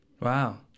wow